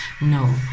No